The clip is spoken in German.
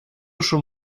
schon